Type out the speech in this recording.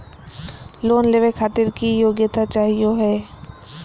Loan लेवे खातीर की योग्यता चाहियो हे?